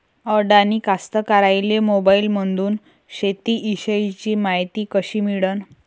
अडानी कास्तकाराइले मोबाईलमंदून शेती इषयीची मायती कशी मिळन?